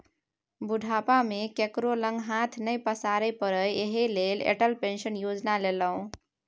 बुढ़ापा मे केकरो लग हाथ नहि पसारै पड़य एहि लेल अटल पेंशन योजना लेलहु